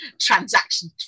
transaction